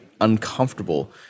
Uncomfortable